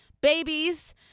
babies